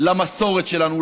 למסורת שלנו,